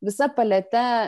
visa palete